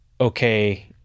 okay